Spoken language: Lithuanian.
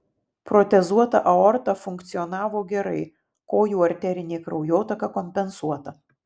protezuota aorta funkcionavo gerai kojų arterinė kraujotaka kompensuota